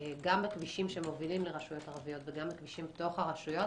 גם בכבישים שמובילים לרשויות ערביות וגם בכבישים בתוך הרשויות